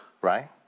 right